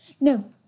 No